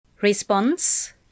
Response